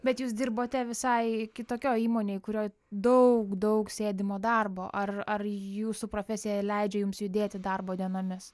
bet jūs dirbote visai kitokioj įmonėj kurioj daug daug sėdimo darbo ar ar jūsų profesija leidžia jums judėti darbo dienomis